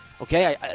Okay